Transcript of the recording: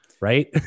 right